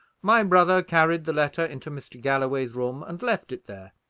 my brother carried the letter into mr. galloway's room and left it there.